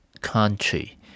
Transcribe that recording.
country